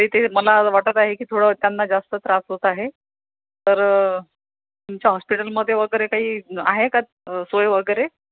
तरी ते मला वाटत आहे की थोडं त्यांना जास्त त्रास होत आहे तर तुमच्या हॉस्पिटलमध्ये वगैरे काही आहे का सोय वगैरे